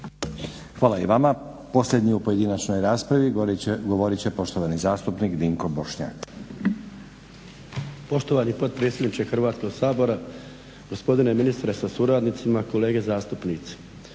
Hvala i vama. Posljednji u pojedinačnoj raspravi govorit će poštovani zastupnik Dinko Bošnjak.